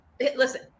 listen